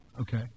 Okay